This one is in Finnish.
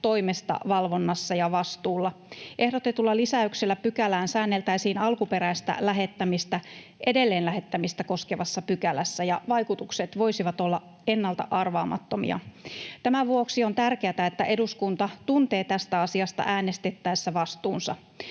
”toimesta, valvonnassa ja vastuulla”. Ehdotetulla lisäyksellä pykälään säänneltäisiin alkuperäistä lähettämistä edelleenlähettämistä koskevassa pykälässä, ja vaikutukset voisivat olla ennalta arvaamattomia. Tämän vuoksi on tärkeätä, että eduskunta tuntee tästä asiasta äänestettäessä vastuunsa.